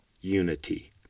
unity